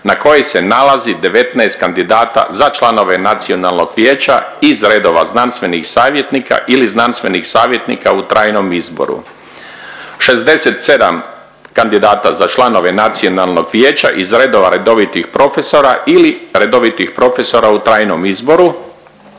na kojoj se nalazi 19 kandidata za članove nacionalnog vijeća iz reda znanstvenih savjetnika ili znanstvenih savjetnika u trajnom izboru, 67 kandidata za članove nacionalnog vijeća iz redova redovitih profesora ili redovitih profesora u trajnom izboru,